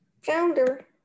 Founder